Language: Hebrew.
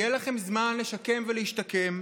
יהיה לכם זמן לשקם ולהשתקם,